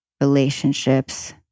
relationships